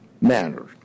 manner